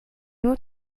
nur